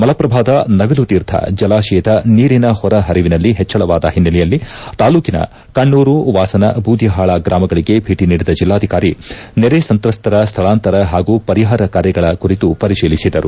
ಮಲಪ್ರಭಾದ ನವೀಲು ತೀರ್ಥ ಜಲಾಶಯದ ನೀರಿನ ಹೊರಹರಿವಿನಲ್ಲಿ ಹೆಚ್ಚಳವಾದ ಹಿನ್ನೆಲೆಯಲ್ಲಿ ತಾಲ್ಲೂಕಿನ ಕೊಣ್ಣರು ವಾಸನ ಬೂದಿಹಾಳ ಗ್ರಾಮಗಳಿಗೆ ಭೇಟಿ ನೀಡಿದ ಜಿಲ್ಲಾಧಿಕಾರಿ ನೆರೆ ಸಂತ್ರಸ್ಥರ ಸ್ಥಳಾಂತರ ಹಾಗೂ ಪರಿಹಾರ ಕಾರ್ಯಗಳ ಕುರಿತು ಪರಿತೀಲಿಸಿದರು